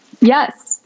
yes